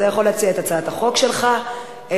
אתה יכול להציע את הצעת החוק שלך ואנחנו